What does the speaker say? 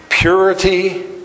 Purity